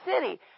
city